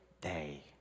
day